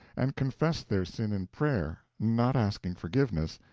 and confessed their sin in prayer not asking forgiveness,